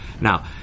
Now